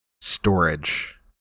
storage